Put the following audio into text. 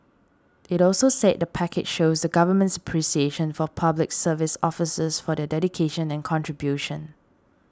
it also said the package shows the Government's appreciation of Public Service officers for their dedication and contribution